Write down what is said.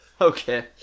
Okay